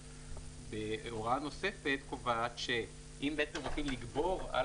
הוראה נוספת קובעת שאם רוצים לגבור על